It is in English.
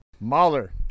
Mahler